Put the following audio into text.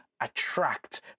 attract